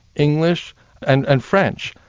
english and and french.